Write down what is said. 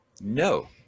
No